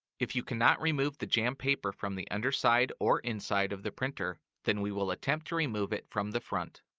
if you cannot remove the jammed paper from the underside or inside of the printer, then we will attempt to remove it from the front.